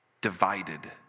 Divided